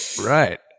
Right